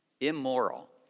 Immoral